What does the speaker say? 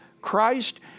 Christ